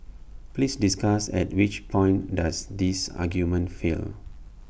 please discuss at which point does this argument fail